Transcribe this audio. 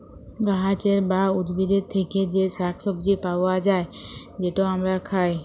গাহাচের বা উদ্ভিদের থ্যাকে যে শাক সবজি পাউয়া যায়, যেট আমরা খায়